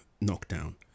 knockdown